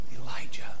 Elijah